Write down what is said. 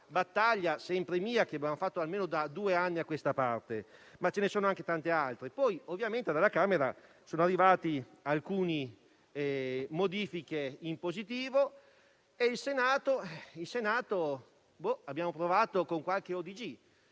battaglia, sempre mia, che portiamo avanti da almeno due anni a questa parte. Ce ne sono anche tante altre. Poi, ovviamente, dalla Camera sono arrivate alcuni modifiche in positivo e in Senato ci abbiamo provato con qualche